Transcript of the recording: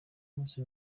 munsi